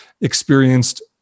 experienced